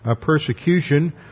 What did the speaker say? persecution